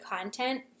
content